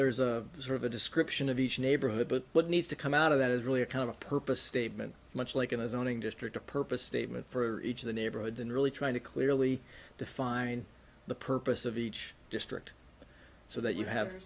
there's a sort of a description of each neighborhood but what needs to come out of that is really a kind of purpose statement much like in a zoning district a purpose statement for each of the neighborhoods and really trying to clearly define the purpose of each district so that you have